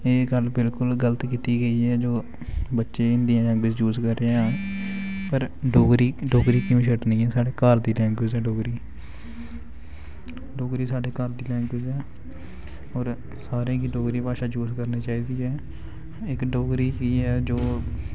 एह् गल्ल बिलकुल गल्त कीती गेई ऐ जो बच्चे हिन्दी जां इंग्लिश यूज़ कर रेह् ऐ पर डोगरी क्यों छड्डनी ऐ साढ़े घर दी लैंग्वेज़ ऐ डोगरी डोगरी साढ़े घर दी लैंग्वेज़ ऐ होर सारें गी डोगरी भाशा यूज़ करनी चाहिदी ऐ इक डोगरी ही ऐ जो